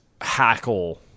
hackle